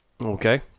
Okay